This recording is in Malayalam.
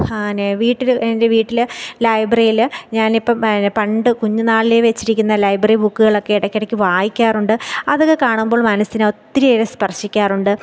ഹാ പിന്നെ വീട്ടിൽ എൻ്റെ വീട്ടിൽ ലൈബ്രറിയിൽ ഞാനിപ്പം പിന്നെ പണ്ട് കുഞ്ഞ് നാളിലേ വെച്ചിരിക്കുന്ന ലൈബ്രറി ബുക്കുകളൊക്കെ ഇടയ്ക്കിടയ്ക്ക് വായിക്കാറുണ്ട് അതൊക്കെ കാണുമ്പോൾ മനസ്സിന് ഒത്തിരിയേറെ സ്പർശ്ശിക്കാറുണ്ട്